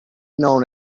known